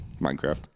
Minecraft